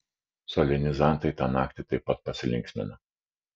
solenizantai tą naktį taip pat pasilinksmino